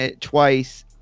twice